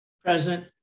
Present